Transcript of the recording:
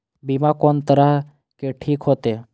बीमा कोन तरह के ठीक होते?